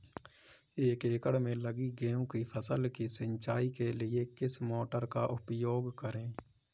एक एकड़ में लगी गेहूँ की फसल की सिंचाई के लिए किस मोटर का उपयोग करें?